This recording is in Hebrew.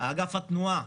אגף התנועה,